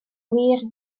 wir